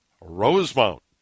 Rosemount